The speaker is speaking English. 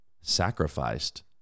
sacrificed